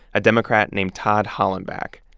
a democrat named todd hollenbach.